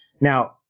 Now